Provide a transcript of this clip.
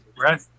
right